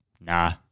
Nah